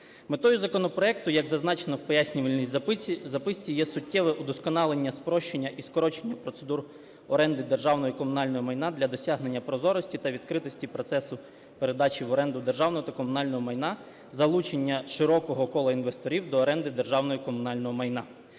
Метою законопроекту, як зазначено в пояснювальній записці, є суттєве удосконалення, спрощення і скорочення процедур оренди державного і комунального майна для досягнення прозорості та відкритості процесу передачу в оренду державного та комунального майна, залучення широкого кола інвесторів до оренди державного і комунального майна.